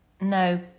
No